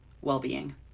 well-being